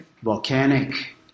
Volcanic